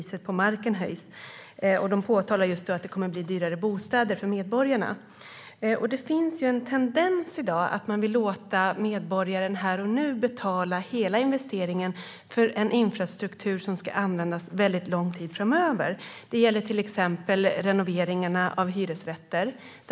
De påtalar just att det skulle innebära att det kommer att bli dyrare bostäder för medborgarna. Det finns en tendens i dag att vilja låta medborgaren här och nu betala hela investeringen av en infrastruktur som ska användas en väldigt lång tid framöver. Det gäller till exempel renoveringarna av hyresrätter.